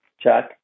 Chuck